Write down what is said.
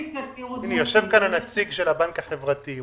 יושב כאן הנציג של הבנק החברתי.